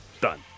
Done